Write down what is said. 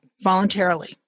voluntarily